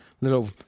little